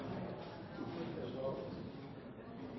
si